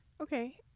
Okay